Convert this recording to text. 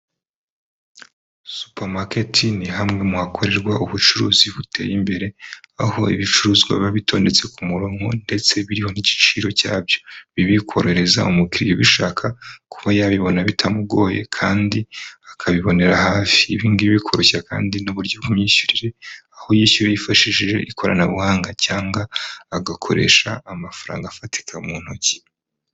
Supermarket ni hamwe mu hakorerwa ubucuruzi buteye imbere aho ibicuruzwa biba bitodetse ku murongo ndetse biriho n'igiciro cyabyo. Ibi bikorohereza umukiriya ubishaka kuba yabibona bitamugoye kandi akabibonera hafi, ibingibi bikoroshya kandi n'uburyo bw'imyishyurire aho yishyura yifashishije ikoranabuhanga cyangwa agakoresha amafaranga afatika mu ntoki.